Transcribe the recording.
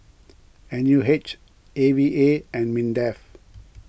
N U H A V A and Mindef